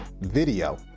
video